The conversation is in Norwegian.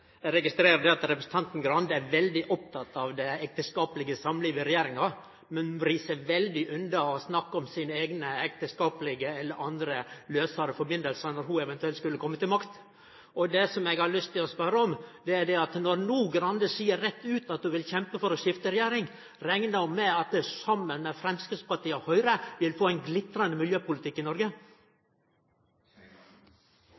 veldig oppteken av det ekteskapelege samlivet i regjeringa, men ho vrir seg veldig unna å snakke om sine eigne ekteskapelege – eller lausare – samband, dersom ho, eventuelt, skulle kome til makta. Det som eg har lyst til å spørje om, er: Når representanten Skei Grande no seier rett ut at ho vil kjempe for å skifte regjering, reknar ho med at det er saman med Framstegspartiet og Høgre vi vil få ein glitrande miljøpolitikk i Noreg?